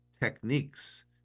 Techniques